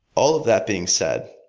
all of that being said,